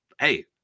hey